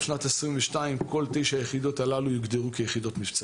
שנת 2022 כל תשע היחידות הללו יוגדרו כיחידות מבצעיות.